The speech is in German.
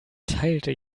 teilte